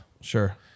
Sure